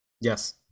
Yes